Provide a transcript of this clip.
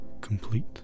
complete